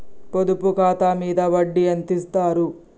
పొదుపు ఖాతా మీద వడ్డీ ఎంతిస్తరు?